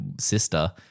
sister